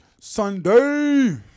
Sunday